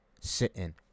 sitting